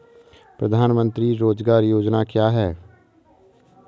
प्रधानमंत्री रोज़गार योजना क्या है?